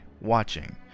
watching